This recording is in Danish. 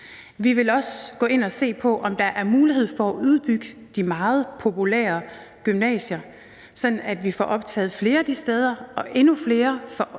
Vi vil også gå ind og se på, om der er mulighed for at udbygge de meget populære gymnasier, sådan at vi får optaget flere de steder og endnu flere får